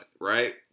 right